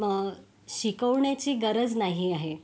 शिकवण्याची गरज नाही आहे